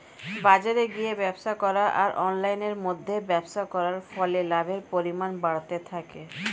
বাজারে গিয়ে ব্যবসা করা আর অনলাইনের মধ্যে ব্যবসা করার ফলে লাভের পরিমাণ বাড়তে পারে?